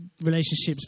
relationships